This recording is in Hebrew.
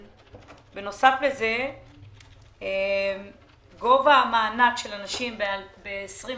בנוסף, גובה המענק של הנשים ב-2021